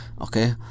okay